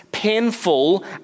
painful